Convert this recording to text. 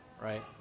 right